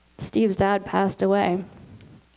steve's dad passed away.